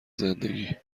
زندگی